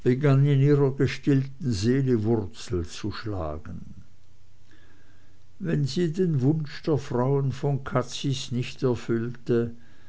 gestillten seele wurzel zu schlagen wenn sie den wunsch der frauen von cazis nicht erfüllte